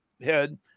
head